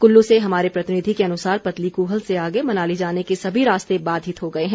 कुल्लू से हमारे प्रतिनिधि के अनुसार पतली कुहल से आगे मनाली जाने के सभी रास्ते बाधित हो गए हैं